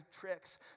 tricks